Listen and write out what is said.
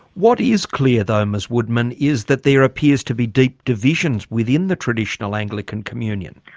what is clear, though, ms woodman is that there appears to be deep divisions within the traditional anglican communion.